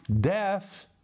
death